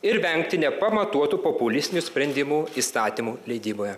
ir vengti nepamatuotų populistinių sprendimų įstatymų leidyboje